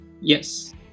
Yes